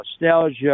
nostalgia